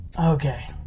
Okay